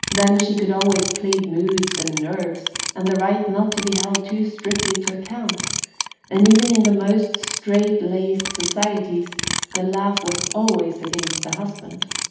then she could always plead moods and nerves, and the right not to be held too strictly to account and even in the most strait-laced societies the laugh was always against the husband.